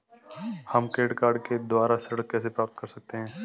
हम credit card के द्वारा ऋण कैसे प्राप्त कर सकते हैं?